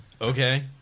Okay